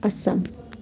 Assam